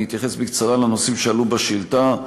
אני אתייחס בקצרה לנושאים שעלו בשאילתה: